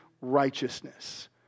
righteousness